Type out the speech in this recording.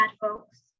folks